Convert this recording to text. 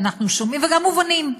וגם מובנים,